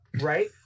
Right